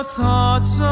thoughts